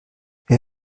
wir